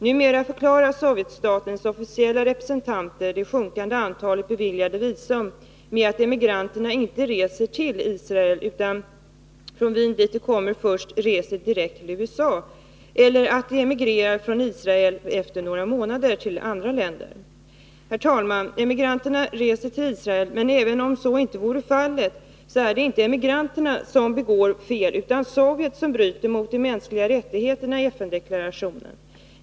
Numera förklarar Sovjetstatens officiella representanter det sjunkande antalet beviljade visum med att emigranterna inte reser till Israel utan från Wien, dit de kommer först, reser direkt till USA, eller att de efter några månader emigrerar från Israel till andra länder. Herr talman! Emigranterna reser till Israel, men även om så inte vore fallet, så är det inte emigranterna som begår fel utan Sovjet, som bryter mot FN-deklarationen om de mänskliga rättigheterna.